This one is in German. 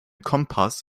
kompass